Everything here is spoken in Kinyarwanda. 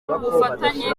ubufatanye